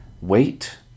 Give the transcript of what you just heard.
wait